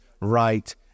right